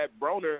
Broner